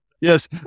Yes